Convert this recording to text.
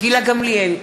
גילה גמליאל,